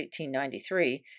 1893